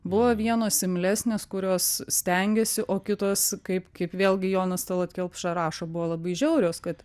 buvo vienos imlesnės kurios stengėsi o kitos kaip kaip vėlgi jonas talat kelpša rašo buvo labai žiaurios kad